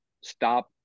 stop